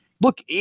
look